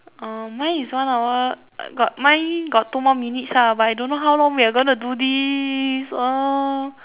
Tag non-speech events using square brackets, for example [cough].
uh mine is one hour mine got two minutes lah but I don't know how long are we going to do this [noise]